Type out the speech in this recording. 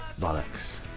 bollocks